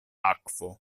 akvo